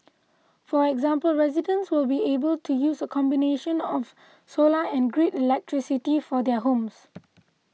for example residents will be able to use a combination of solar and grid electricity for their homes